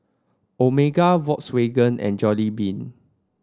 Omega Volkswagen and Jollibean